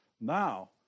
Now